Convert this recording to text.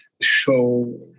show